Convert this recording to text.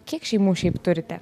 kiek šeimų šiaip turite